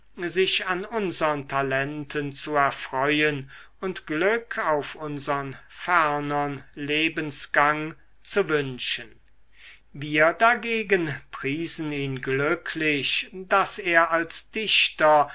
sich an unsern talenten zu erfreuen und glück auf unsern fernern lebensgang zu wünschen wir dagegen priesen ihn glücklich daß er als dichter